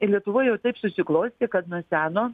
lietuvoj jau taip susiklostė kad nuo seno